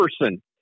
person